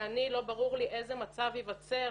לא ברור לי איזה מצב ייווצר,